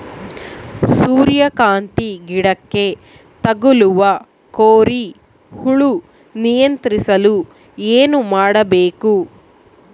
ಸೂರ್ಯಕಾಂತಿ ಗಿಡಕ್ಕೆ ತಗುಲುವ ಕೋರಿ ಹುಳು ನಿಯಂತ್ರಿಸಲು ಏನು ಮಾಡಬೇಕು?